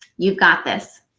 you've got this!